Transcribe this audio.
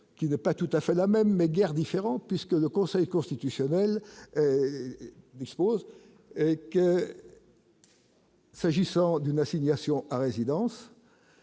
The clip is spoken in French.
qui n'est pas tout à fait la même mais guère différente puisque le Conseil constitutionnel dispose. S'agissant d'une assignation à résidence,